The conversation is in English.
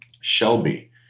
Shelby